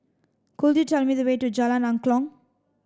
could you tell me the way to Jalan Angklong